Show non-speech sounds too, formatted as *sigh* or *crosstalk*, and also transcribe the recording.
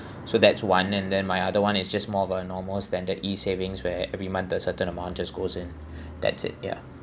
so that's one and then my other [one] is just more of a normal standard e-savings where every month the certain amount just goes in *breath* that's it ya